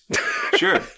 Sure